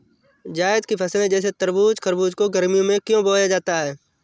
जायद की फसले जैसे तरबूज़ खरबूज को गर्मियों में क्यो बोया जाता है?